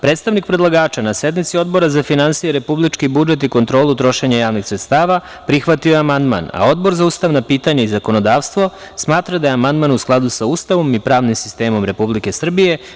Predstavnik predlagača na sednici Odbora za finansije, republički budžet i kontrolu trošenja javnih sredstava prihvatio je amandman, a Odbor za ustavna pitanja i zakonodavstvo smatra da je amandman u skladu sa Ustavom i pravnim sistemom Republike Srbije.